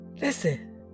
Listen